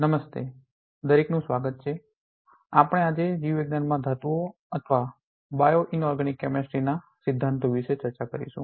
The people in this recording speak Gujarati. નમસ્તે દરેકનું સ્વાગત છે આપણે આજે જીવવિજ્ઞાન માં ધાતુઓ અથવા બાયો ઇનઓરગેનિક કેમેસ્ટ્રી ના bio inorganic chemistry જીવ અકાર્બનિક રસાયણશાસ્ત્ર સિદ્ધાંતો વિશે ચર્ચા કરીશું